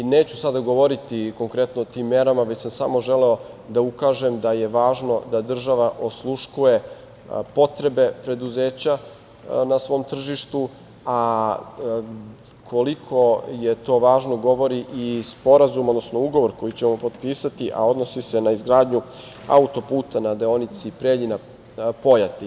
Neću sada govoriti konkretno o tim merama, već sam samo želeo da ukažem da je važno da država osluškuje potrebe preduzeća na svom tržištu, a koliko je to važno govori i sporazum, odnosno ugovor koji ćemo potpisati, a odnosi se na izgradnju auto-puta na deonici Preljina-Pojate.